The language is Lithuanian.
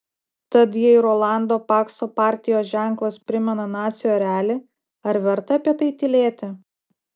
tad jei rolando pakso partijos ženklas primena nacių erelį ar verta apie tai tylėti